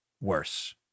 worse